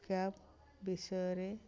cab ବିଷୟରେ